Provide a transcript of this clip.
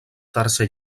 tercer